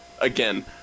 again